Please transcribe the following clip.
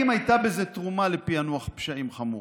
אם הייתה בזה תרומה לפענוח פשעים חמורים,